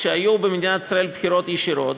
כשהיו במדינת ישראל בחירות ישירות,